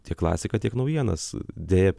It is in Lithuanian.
tiek klasiką tiek naujienas deja